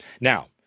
now